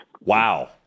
wow